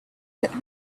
that